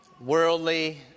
worldly